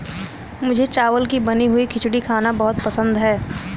मुझे चावल की बनी हुई खिचड़ी खाना बहुत पसंद है